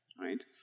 right